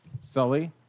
Sully